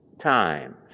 times